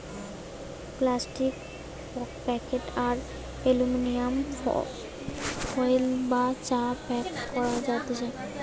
plastic packet আর aluminium foil দিয়ে চা প্যাক করা যাতেছে